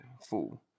Fool